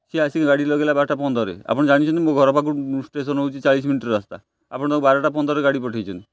ସିଏ ଆସିକି ଗାଡ଼ି ଲଗାଇଲା ବାରଟା ପନ୍ଦରରେ ଆପଣ ଜାଣିଛନ୍ତି ମୋ ଘର ପାଖକୁ ଷ୍ଟେସନ ହେଉଛି ଚାଳିଶି ମିନିଟର ରାସ୍ତା ଆପଣ ବାରଟା ପନ୍ଦରରେ ଗାଡ଼ି ପଠାଇଛନ୍ତି